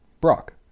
Brock